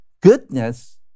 goodness